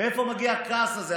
מאיפה מגיע הכעס הזה,